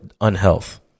unhealth